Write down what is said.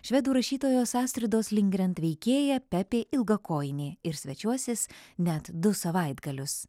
švedų rašytojos astridos lindgren veikėja pepė ilgakojinė ir svečiuosis net du savaitgalius